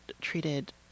treated